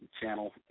channel